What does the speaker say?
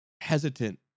hesitant